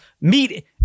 Meet